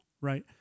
Right